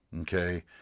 okay